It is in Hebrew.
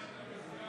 נא לסיים, אדוני.